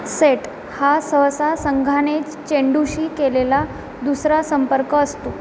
set हा सहसा संघानेच चेंडूशी केलेला दुसरा संपर्क असतो